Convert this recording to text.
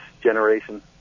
generation